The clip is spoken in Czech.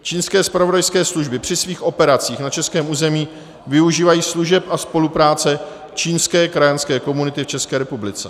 Čínské zpravodajské služby při svých operacích na českém území využívají služeb a spolupráce čínské krajanské komunity v České republice.